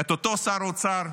את אותו שר אוצר,